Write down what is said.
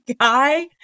guy